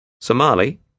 Somali